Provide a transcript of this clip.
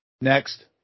Next